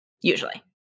usually